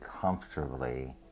comfortably